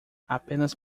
apenas